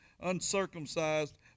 uncircumcised